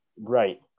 Right